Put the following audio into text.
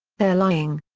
they're lying.